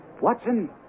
Watson